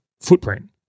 footprint